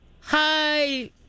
hi